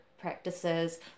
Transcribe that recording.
practices